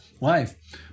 life